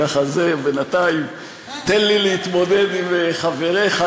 בינתיים תן לי להתמודד עם חבריך,